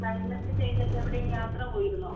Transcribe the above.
climate change എവിടെയെങ്കിലും യാത്ര പോയിരുന്നോ